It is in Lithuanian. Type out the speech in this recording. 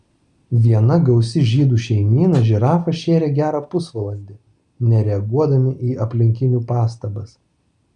viena gausi žydų šeimyna žirafą šėrė gerą pusvalandį nereaguodami į aplinkinių pastabas